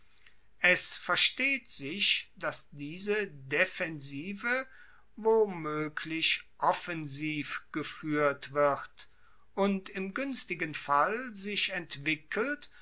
es versteht sich dass diese defensive womoeglich offensiv gefuehrt wird und im guenstigen fall sich entwickelt